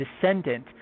descendant